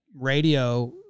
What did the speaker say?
radio